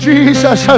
Jesus